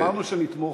אמרנו שנתמוך,